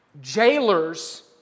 jailers